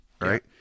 right